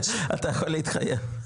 אתה יכול להתחייב.